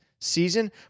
season